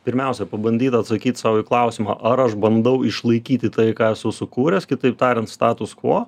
pirmiausia pabandyt atsakyt sau į klausimą ar aš bandau išlaikyti tai ką esu sukūręs kitaip tariant status kvo